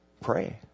Pray